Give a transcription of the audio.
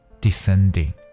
descending